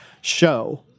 show